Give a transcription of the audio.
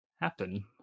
happen